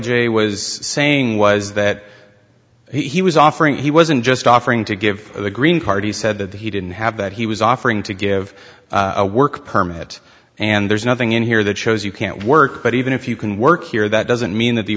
j was saying was that he was offering he wasn't just offering to give the green party said that he didn't have that he was offering to give a work permit and there's nothing in here that shows you can't work but even if you can work here that doesn't mean that the